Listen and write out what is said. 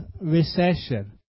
recession